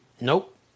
Nope